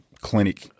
clinic